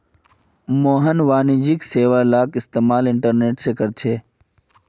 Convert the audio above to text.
मोहन वाणिज्यिक बैंकिंग सेवालाक इस्तेमाल इंटरनेट से करछे